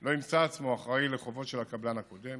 לא ימצא עצמו אחראי לחובות של הקבלן הקודם,